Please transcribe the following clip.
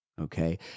Okay